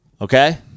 Okay